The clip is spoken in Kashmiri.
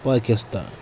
پٲکِستان